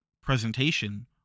presentation